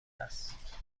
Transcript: است